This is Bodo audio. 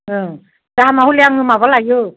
ओं दामआ हले आङो माबा लायो